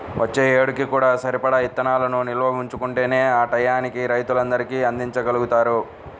వచ్చే ఏడుకి కూడా సరిపడా ఇత్తనాలను నిల్వ ఉంచుకుంటేనే ఆ టైయ్యానికి రైతులందరికీ అందిచ్చగలుగుతారు